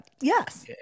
yes